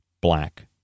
black